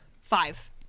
Five